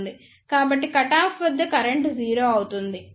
కాబట్టి cut off వద్ద current 0 అవుతుంది